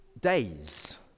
Days